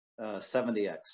70X